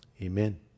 Amen